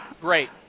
Great